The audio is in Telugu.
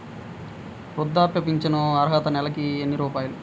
వృద్ధాప్య ఫింఛను అర్హత నెలకి ఎన్ని రూపాయలు?